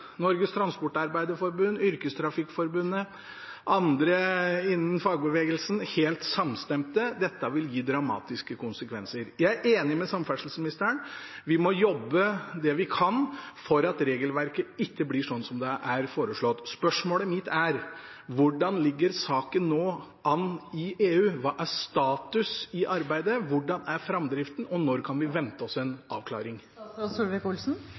Transportarbeiderforbund, Yrkestrafikkforbundet og andre innen fagbevegelsen helt samstemt – dette vil gi dramatiske konsekvenser. Jeg er enig med samferdselsministeren, vi må jobbe det vi kan for at regelverket ikke blir sånn som det er foreslått. Spørsmålet mitt er: Hvordan ligger saken nå an i EU? Hva er status i arbeidet, hvordan er framdriften, og når kan vi vente oss en avklaring?